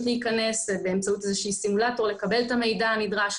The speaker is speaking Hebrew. להיכנס ובאמצעות איזשהו סימולטור לקבל את המידע הנדרש,